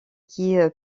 qui